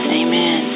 amen